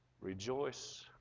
Rejoice